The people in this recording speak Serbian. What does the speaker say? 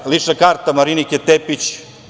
Lična karta Marinike Tepić.